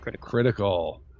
critical